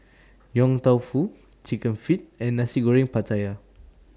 Yong Tau Foo Chicken Feet and Nasi Goreng Pattaya